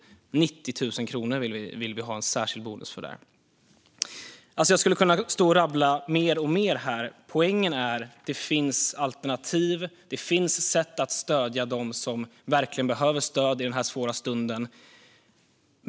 Vi vill ha en särskild bonus på 90 000 kronor för det. Jag skulle kunna rabbla upp mycket mer. Poängen är att det finns alternativ och sätt att stödja dem som verkligen behöver stöd i denna svåra stund.